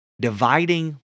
dividing